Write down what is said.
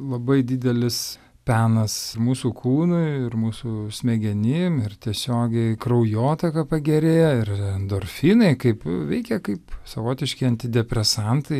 labai didelis penas mūsų kūnui ir mūsų smegenim ir tiesiogiai kraujotaka pagerėja ir endorfinai kaip veikia kaip savotiški antidepresantai